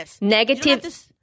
negative